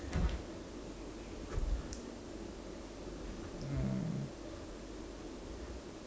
mm